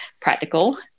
practical